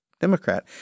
Democrat